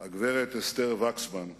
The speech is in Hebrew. הגברת אסתר וקסמן,